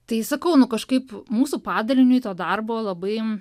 tai sakau nu kažkaip mūsų padaliniui to darbo labai